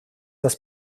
das